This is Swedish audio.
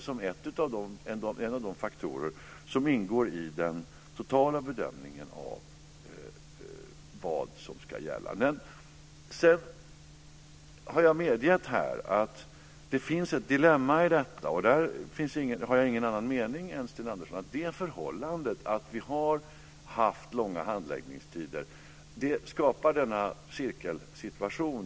Det får bli en av de faktorer som ingår i den totala bedömningen för vad som ska gälla. Sedan har jag medgett att det finns ett dilemma. Jag har ingen annan mening än Sten Andersson när det gäller att det förhållandet att vi har haft långa handläggningstider skapar denna cirkelsituation.